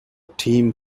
team